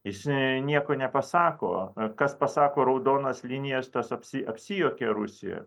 jis nieko nepasako kas pasako raudonas linijas tas apsi apsijuokė rusijoje